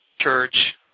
church